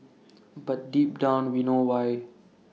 but deep down we know why